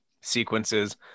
sequences